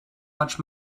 much